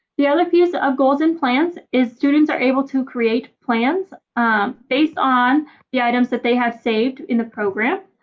the other piece of goals and plans is students are able to create plans based on the items that they have saved in the program.